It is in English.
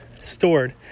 stored